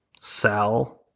Sal